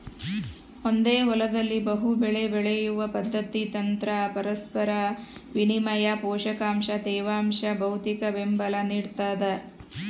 ಒಂದೇ ಹೊಲದಲ್ಲಿ ಬಹುಬೆಳೆ ಬೆಳೆಯುವ ಪದ್ಧತಿ ತಂತ್ರ ಪರಸ್ಪರ ವಿನಿಮಯ ಪೋಷಕಾಂಶ ತೇವಾಂಶ ಭೌತಿಕಬೆಂಬಲ ನಿಡ್ತದ